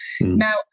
Now